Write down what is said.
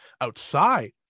outside